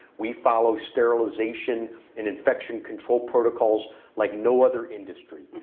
we follow sterilization and infection control protocols like no other industry.